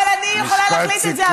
אבל אני יכולה להחליט את זה בעבור עצמי.